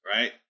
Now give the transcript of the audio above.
Right